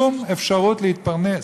אפשרות להתפרנס.